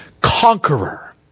conqueror